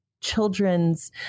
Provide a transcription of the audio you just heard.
children's